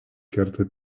kerta